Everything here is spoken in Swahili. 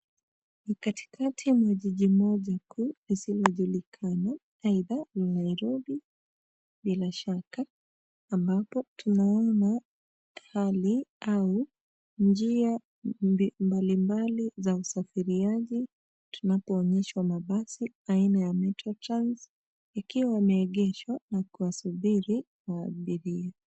Ni katikati mwa jiji moja kuu, lisilojulikana aidha ni Nairobi bila shaka, ambapo tunaona hali au njia mbalimbali za usafiriaji, tunapoonyeshwa mabasi aina ya Metrotrans, yakiwa yameegeshwa na kuwasubiri abiria.